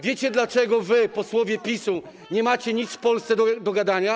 Wiecie dlaczego wy, posłowie PiS-u, nie macie nic w Polsce do gadania?